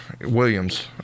Williams